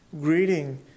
greeting